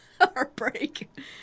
heartbreak